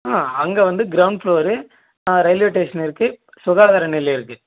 ஆ அங்கே வந்து ground floor railway station இருக்குது சுகாதார நிலையம் இருக்குது